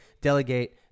delegate